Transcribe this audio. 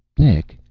nick,